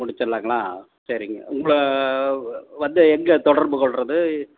முடிச்சிடலாங்களா சரிங்க உங்களை வந்து எங்கே தொடர்புக்கொள்கிறது